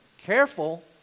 Careful